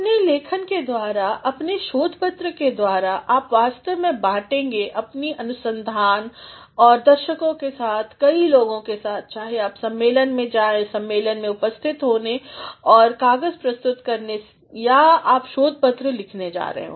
अपने लेखन के द्वारा अपने शोध पत्र के द्वारा आप वास्तव में बांटेंगे अपनी अनुसंधान और दर्शकों के साथ कई लोगों के साथ चाहे आप सम्मेलन में जाएं सम्मेलन में उपस्थित होने और कागज़ प्रस्तुत करने या आप शोध पत्र लिख रहे हैं